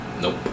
nope